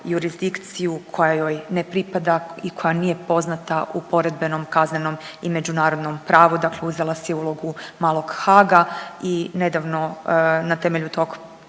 koja joj ne pripada i koja nije poznata u poredbenom kaznenom i međunarodnom pravu, dakle uzela si je ulogu malog Haaga i nedavno na temelju tog